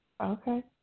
Okay